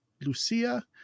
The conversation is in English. Lucia